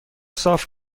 صاف